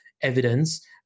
evidence